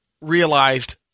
realized